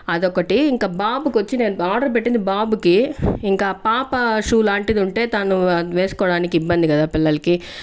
అదొకటి ఇంకా బాబుకొచ్చి నేను ఆర్డర్ పెట్టింది బాబుకి ఇంక పాప షూ లాంటిదుంటే తను అది వేసుకోవడానికి ఇబ్బంది కదా పిల్లలకి